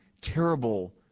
terrible